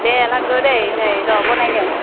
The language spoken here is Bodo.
दे लांगौ दै नै र बानायदों